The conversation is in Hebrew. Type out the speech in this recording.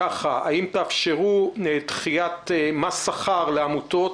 האם תאפשרו דחיית מס שכר לעמותות,